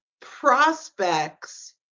prospects